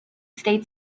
state